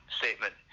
statement